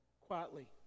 quietly